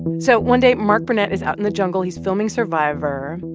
so one day, mark burnett is out in the jungle. he's filming survivor.